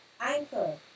Anchor